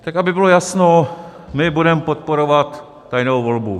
Tak aby bylo jasno, my budeme podporovat tajnou volbu.